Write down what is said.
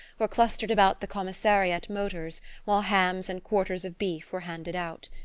or clustered about the commissariat motors while hams and quarters of beef were handed out.